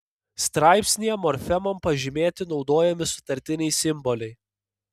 straipsnyje morfemom pažymėti naudojami sutartiniai simboliai